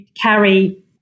carry